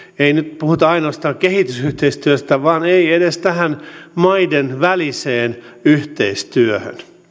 ei nyt puhuta ainoastaan kehitysyhteistyöstä vaan edes tähän maiden väliseen yhteistyöhön